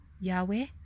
Yahweh